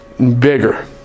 Bigger